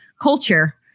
culture